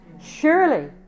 surely